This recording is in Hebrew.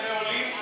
לעולים,